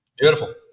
Beautiful